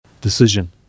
decision